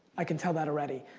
i can tell that already.